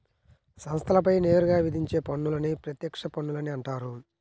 సంస్థలపై నేరుగా విధించే పన్నులని ప్రత్యక్ష పన్నులని అంటారు